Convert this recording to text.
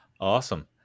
Awesome